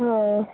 हँ